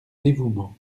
dévouement